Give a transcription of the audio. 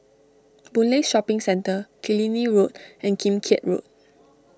Boon Lay Shopping Centre Killiney Road and Kim Keat Road